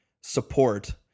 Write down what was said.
support